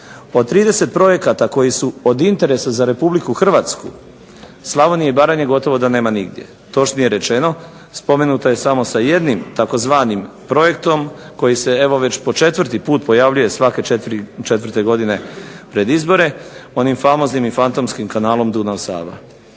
Od 30 projekata koji su od interesa za Republiku Hrvatsku Slavonije i Baranje gotovo da nema nigdje. Točnije rečeno, spomenuta je samo sa jednim tzv. projektom koji se evo već po četvrti put pojavljuje svake četvrte godine pred izbore onim famoznim i fantomskim kanalom Dunav – Sava.